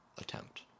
attempt